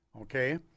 okay